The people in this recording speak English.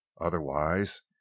Otherwise